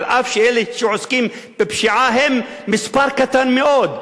אף שאלה שעוסקים בפשיעה הם מספר קטן מאוד.